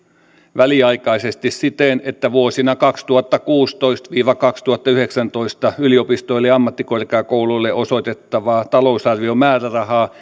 väliaikaisesti siten että vuosina kaksituhattakuusitoista viiva kaksituhattayhdeksäntoista yliopistoille ja ammattikorkeakouluille osoitettavaa talousarviomäärärahaa